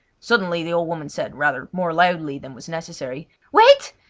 suddenly the old woman said, rather more loudly than was necessary wait!